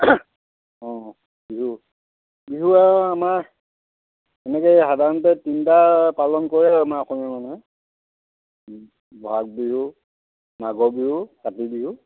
অঁ বিহু বিহু আৰু আমাৰ এনেকৈ সাধাৰণতে তনিটা পালন কৰে আমাৰ অসমীয়া মানুহে বহাগ বিহু মাঘৰ বিহু কাতি বিহু